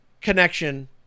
connection